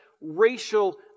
racial